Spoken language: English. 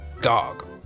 Dog